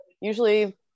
Usually